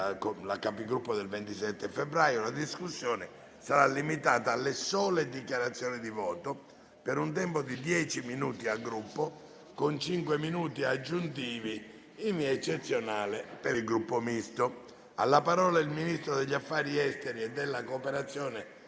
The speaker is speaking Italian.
la discussione sarà limitata alle sole dichiarazioni di voto per un tempo di dieci minuti per Gruppo, con cinque minuti aggiuntivi in via eccezionale per il Gruppo Misto. Ha facoltà di parlareil Ministro degli affari esteri e della cooperazione